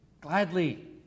gladly